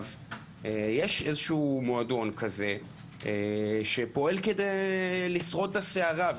יש מועדון כזה שפועל כדי לשרוד את הסערה,